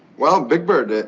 well, big bird, ah